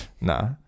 nah